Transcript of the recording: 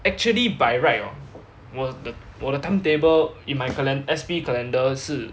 actually by right orh 我的我的 timetable in my calen~ S_P calendar 是有 class 的